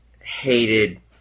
hated